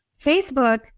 Facebook